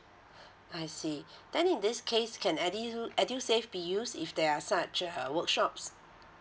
I see then in this case can EDU~ EDUSAVE be used if there are such uh workshops